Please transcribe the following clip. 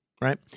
right